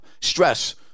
Stress